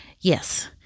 Yes